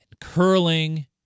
curling